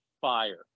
fire